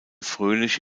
fröhlich